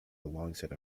alongside